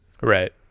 Right